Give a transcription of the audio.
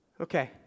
Okay